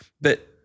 but-